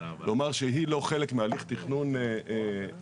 לומר שהיא לא חלק מהליך תכנון ראוי,